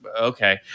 okay